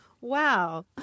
Wow